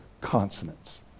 consonants